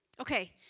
Okay